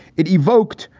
it evoked,